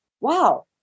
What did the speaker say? Wow